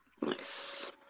Nice